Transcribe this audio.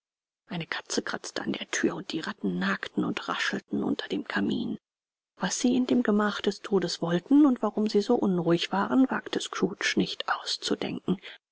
eine katze kratzte an der thür und die ratten nagten und raschelten unter dem kamin was sie in dem gemach des todes wollten und warum sie so unruhig waren wagte scrooge nicht auszudenken